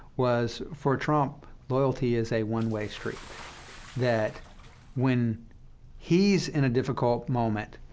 was for trump, loyalty is a one-way street that when he's in a difficult moment,